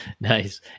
nice